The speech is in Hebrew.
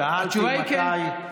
שאלתי מתי,